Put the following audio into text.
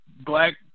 black